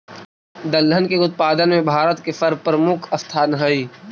दलहन के उत्पादन में भारत के सर्वप्रमुख स्थान हइ